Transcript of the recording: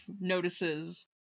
notices